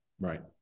Right